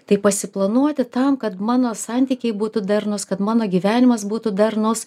taip pasiplanuoti tam kad mano santykiai būtų darnūs kad mano gyvenimas būtų darnus